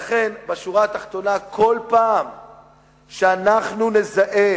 לכן, בשורה התחתונה, כל פעם שאנחנו נזהה